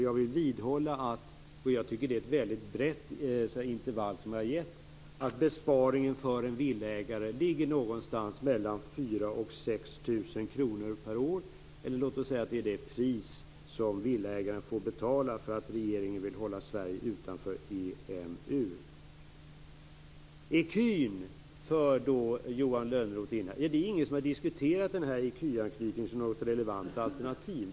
Jag tycker att det är ett mycket brett intervall som jag har gett. Besparingen för en villaägare är 4 000-6 000 kr per år - det pris som villaägaren får betala för att Sverige vill hålla Sverige utanför EMU. Ecun för Johan Lönnroth in i resonemanget. Men det är ingen som har diskuterat ecuanknytningen som ett relevant alternativ.